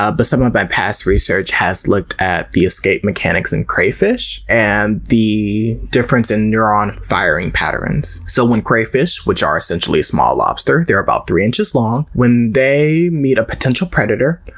ah but some of my past research has looked at the escape mechanics in crayfish, and the difference in neuron firing patterns. so, when crayfish which are essentially a small lobster, they're about three inches long when they meet a potential predator,